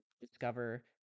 discover